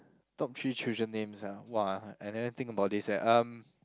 top three children names ah !wah! I I never think about this eh um